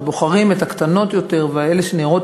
ובוחרים את הקטנות יותר ואת אלה שנראות